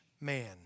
man